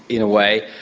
in a way.